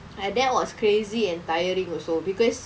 and that was crazy and tiring also because